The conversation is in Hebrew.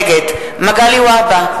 נגד מגלי והבה,